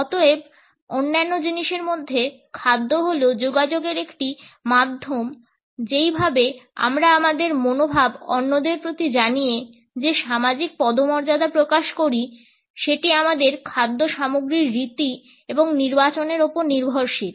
অতএব অন্যান্য জিনিসের মধ্যে খাদ্য হল যোগাযোগের একটি মাধ্যম যেইভাবে আমরা আমাদের মনোভাব অন্যদের প্রতি জানিয়ে যে সামাজিক পদমর্যাদা প্রকাশ করি সেটি আমাদের খাদ্যসামগ্রীর রীতি এবং নির্বাচনের ওপর নির্ভরশীল